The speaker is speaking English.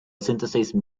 synthesize